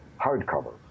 hardcover